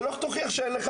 ולך תוכיח שלא.